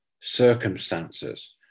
circumstances